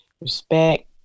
Respect